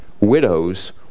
widows